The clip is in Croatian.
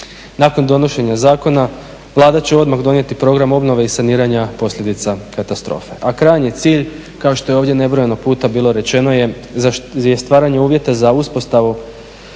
Nakon donošenja zakona Vlada će odmah donijeti program obnove i saniranja posljedica katastrofe, a krajnji je cilj kao što je ovdje nebrojeno puta bilo rečeno je stvaranje uvjeta za uspostavu